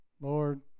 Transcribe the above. Lord